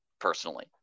personally